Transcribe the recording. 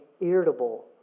irritable